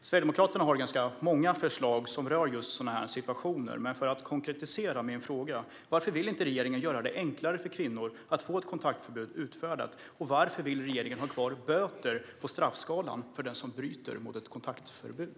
Sverigedemokraterna har ganska många förslag som rör just sådana här situationer, men jag ska konkretisera min fråga: Varför vill inte regeringen göra det enklare för kvinnor att få ett kontaktförbud utfärdat, och varför vill regeringen ha kvar böter på straffskalan för den som bryter mot ett kontaktförbud?